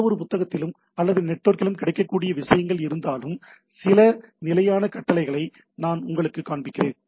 எந்தவொரு புத்தகத்திலும் அல்லது நெட்வொர்க்கிலும் கிடைக்கக்கூடிய விஷயங்கள் யிருந்தாலும் சில நிலையான கட்டளைகளை நான் உங்களுக்குக் காண்பிக்கிறேன்